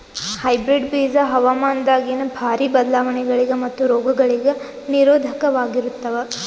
hybrid ಬೀಜ ಹವಾಮಾನದಾಗಿನ ಭಾರಿ ಬದಲಾವಣೆಗಳಿಗ ಮತ್ತು ರೋಗಗಳಿಗ ನಿರೋಧಕವಾಗಿರುತ್ತವ